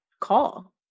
call